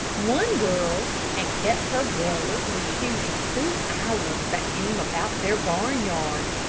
one girl had kept her brother from shooting two owls that came about their barnyard.